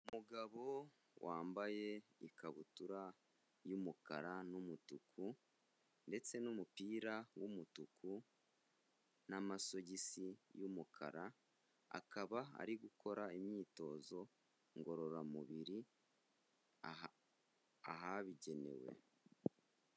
Umugabo wambaye ikabutura y'umukara n'umutuku ndetse n'umupira w'umutuku n'amasogisi y'umukara, akaba ari gukora imyitozo ngororamubiri ahabigenewe.